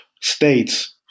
states